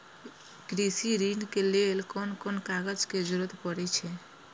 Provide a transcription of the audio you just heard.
कृषि ऋण के लेल कोन कोन कागज के जरुरत परे छै?